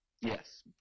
Yes